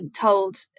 told